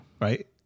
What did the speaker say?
Right